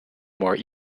more